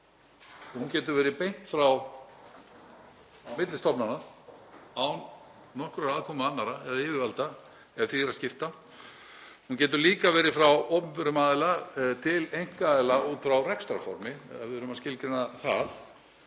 Henni getur verið beint á milli stofnana án nokkurrar aðkomu annarra eða yfirvalda ef því er að skipta. Hún getur líka verið frá opinberum aðila til einkaaðila út frá rekstrarformi, ef við erum að skilgreina það.